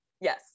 yes